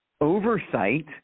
oversight